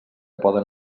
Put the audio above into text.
poden